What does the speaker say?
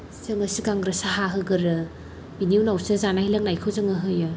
जोङो सिगांग्रो साहा होग्रोयो बिनि उनावसो जानाय लोंनायखौ जोङो होयो